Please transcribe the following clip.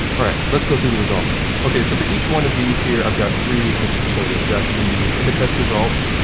all right, let's go through the results. okay, so for each one of these here, i've got three images to show you. i've got the imatest results,